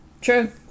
True